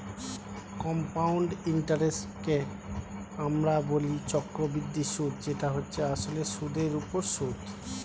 compound ইন্টারেস্টকে আমরা বলি চক্রবৃদ্ধি সুদ যেটা হচ্ছে আসলে সুদের উপর সুদ